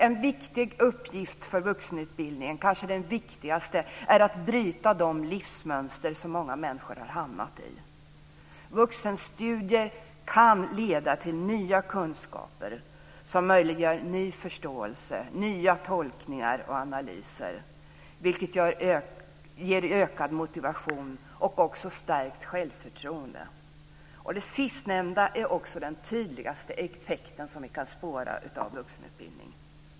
En viktig uppgift, och kanske den viktigaste, för vuxenutbildningen är att bryta de livsmönster som många människor har hamnat i. Vuxenstudier kan leda till nya kunskaper som möjliggör ny förståelse, nya tolkningar och analyser, vilket ger ökad motivation och också stärkt självförtroende. Det sistnämnda är också den tydligaste effekten som vi kan spåra av vuxenutbildning.